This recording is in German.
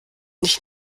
nicht